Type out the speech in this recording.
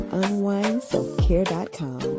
unwindselfcare.com